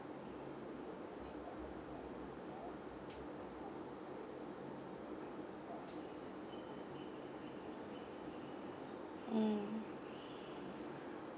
mm